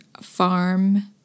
farm